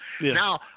Now